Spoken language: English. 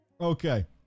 okay